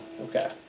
Okay